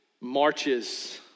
marches